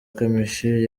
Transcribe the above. kamichi